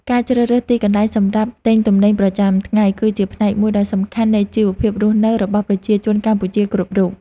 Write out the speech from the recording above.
ការជ្រើសរើសទីកន្លែងសម្រាប់ទិញទំនិញប្រចាំថ្ងៃគឺជាផ្នែកមួយដ៏សំខាន់នៃជីវភាពរស់នៅរបស់ប្រជាជនកម្ពុជាគ្រប់រូប។